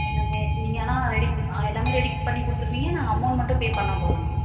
எல்லாமே நீங்கள் ஆனால் ரெடிப் ஆ எல்லாமே ரெடிப் பண்ணி கொடுத்துருவிங்க நாங்கள் அமௌன்ட் மட்டும் பே பண்ணால் போதுமா